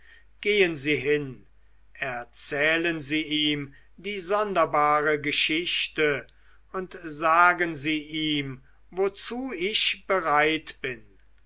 gehen sie hin erzählen sie ihm die sonderbare geschichte und sagen sie ihm wozu ich bereit bin